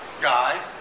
guy